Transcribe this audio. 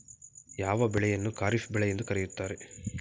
ಯಾವ ಬೆಳೆಯನ್ನು ಖಾರಿಫ್ ಬೆಳೆ ಎಂದು ಕರೆಯುತ್ತಾರೆ?